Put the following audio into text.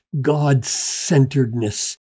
God-centeredness